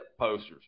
posters